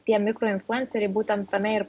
tie mikroinfluenceriai būtent tame ir